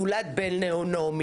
יולד בן לנעמי.